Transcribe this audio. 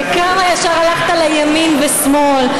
וכמה ישר הלכת לימין ושמאל.